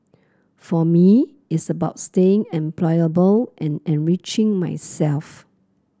for me it's about staying employable and enriching myself